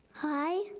hi.